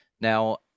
Now